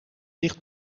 dicht